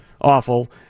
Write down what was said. awful